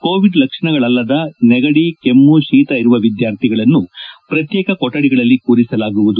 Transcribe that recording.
Covid ಲಕ್ಷಣಗಳಲ್ಲದೆ ನೆಗಡಿ ಕೆಮ್ನು ಶೀತ ಇರುವ ವಿದ್ಯಾರ್ಥಿಗಳನ್ನೂ ಪ್ರತ್ಯೇಕ ಕೊಠಡಿಗಳಲ್ಲಿ ಕೂರಿಸಲಾಗುವುದು